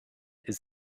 ist